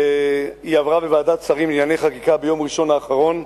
שהיא עברה בוועדת שרים לענייני חקיקה ביום ראשון האחרון.